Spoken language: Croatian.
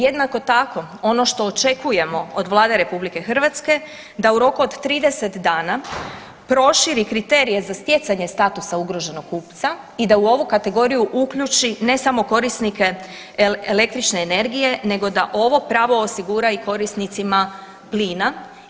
Jednako tako ono što očekujemo od Vlade RH u roku od 30 dana proširi kriterije za stjecanje statusa i da u ovu kategoriju uključi ne samo korisnike električne energije nego da ovo pravo osigura i korisnicima plina.